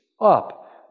Up